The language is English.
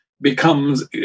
becomes